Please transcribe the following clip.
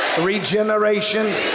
regeneration